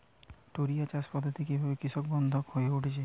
টোরিয়া চাষ পদ্ধতি কিভাবে কৃষকবান্ধব হয়ে উঠেছে?